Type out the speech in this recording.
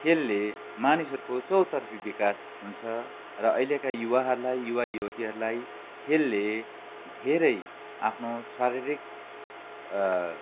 खेलले मानिसहरूको चौतर्फी विकास हुन्छ र अहिलेका युवाहरूलाई युवा युवतीहरूलाई खेलले धेरै आफ्नो शारीरिक